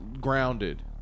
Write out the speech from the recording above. grounded